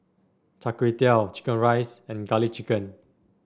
Char Kway Teow chicken rice and garlic chicken